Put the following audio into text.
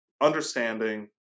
understanding